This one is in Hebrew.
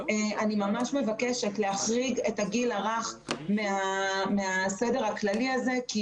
אני ממש מבקשת להחריג את הגיל הרך מהסגר הכללי הזה כי